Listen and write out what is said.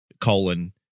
colon